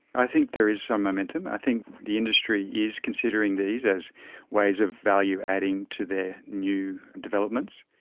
i think there is some momentum. i think the industry is considering these as ways of value-adding to their new developments.